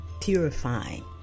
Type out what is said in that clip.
purifying